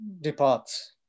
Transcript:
departs